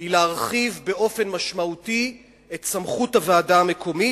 היא להרחיב באופן משמעותי את סמכות הוועדה המקומית,